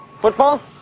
Football